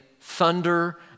thunder